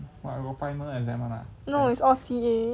no is all C_A